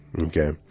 Okay